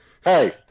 Hey